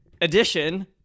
edition